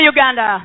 Uganda